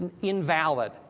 invalid